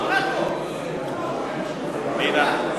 פנינה,